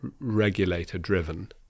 regulator-driven